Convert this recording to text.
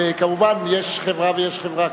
אבל כמובן, יש חברה ויש חברה.